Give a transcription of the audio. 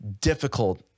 difficult